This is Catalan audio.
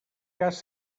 cas